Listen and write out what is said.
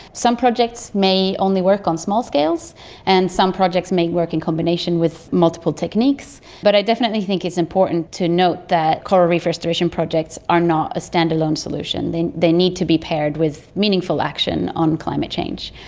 some projects may only work on small scales and some projects may work in combination with multiple techniques. but i definitely think it's important to note that coral reef restoration projects are not a stand-alone solution, they they need to be paired with meaningful action on climate change.